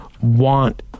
want